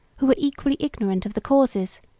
who were equally ignorant of the causes,